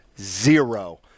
zero